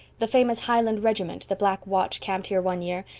the famous highland regiment, the black watch, camped here one year,